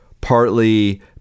partly